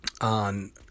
On